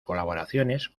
colaboraciones